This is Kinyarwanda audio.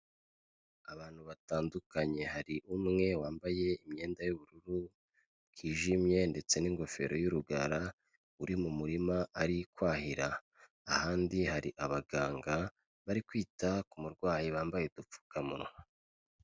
Abantu batandukanye, hari umwe wambaye imyenda y'ubururu bwijimye ndetse n'ingofero y'urugara uri mu murima ari kwahira, ahandi hari abaganga bari kwita ku murwayi bambaye udupfukamunwa.